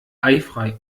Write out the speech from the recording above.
eifrei